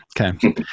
Okay